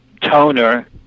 toner